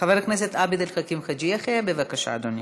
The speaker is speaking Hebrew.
חבר הכנסת עבד אל חכים חאג' יחיא, בבקשה, אדוני.